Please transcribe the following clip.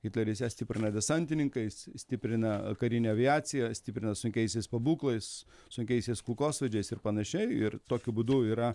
hitleris ją stiprina desantininkais stiprina karine aviacija stiprina sunkiaisiais pabūklais sunkiaisiais kulkosvaidžiais ir panašiai ir tokiu būdu yra